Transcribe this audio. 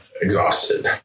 exhausted